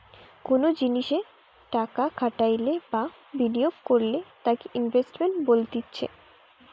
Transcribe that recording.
কোনো জিনিসে টাকা খাটাইলে বা বিনিয়োগ করলে তাকে ইনভেস্টমেন্ট বলতিছে